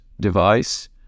device